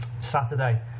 Saturday